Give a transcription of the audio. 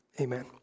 Amen